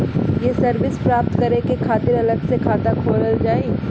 ये सर्विस प्राप्त करे के खातिर अलग से खाता खोलल जाइ?